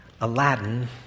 Aladdin